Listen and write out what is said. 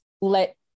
let